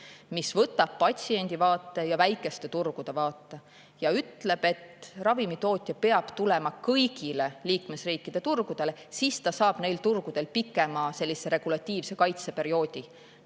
mis võtab patsiendi vaate ja väikeste turgude vaate ja ütleb, et ravimitootja peab tulema kõigile liikmesriikide turgudele, siis ta saab neil turgudel pikema regulatiivse kaitse perioodi.